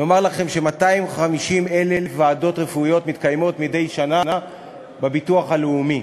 נאמר לכם ש-250,000 ועדות רפואיות מתקיימות מדי שנה בביטוח הלאומי.